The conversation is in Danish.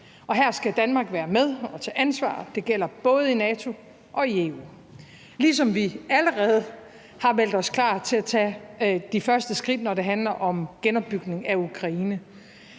og her skal Danmark være med og tage ansvar. Det gælder både i NATO og i EU, ligesom vi allerede har meldt os klar til at tage de første skridt, når det handler om genopbygning af Ukraine.